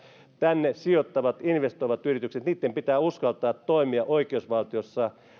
tänne sijoittavien investoivien yritysten pitää uskaltaa toimia oikeusvaltiossa